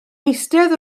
eistedd